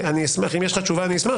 אם יש לך תשובה - אשמח.